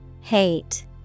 Hate